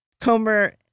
Comer